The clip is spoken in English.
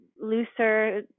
looser